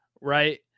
right